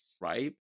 right